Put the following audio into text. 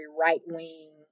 right-wing